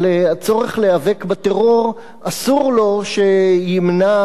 אבל הצורך להיאבק בטרור אסור לו שימנע